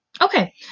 okay